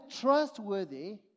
trustworthy